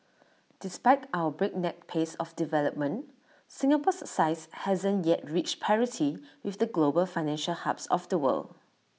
despite our breakneck pace of development Singapore's size hasn't yet reached parity with the global financial hubs of the world